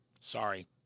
Sorry